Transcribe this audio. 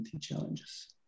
challenges